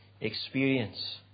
experience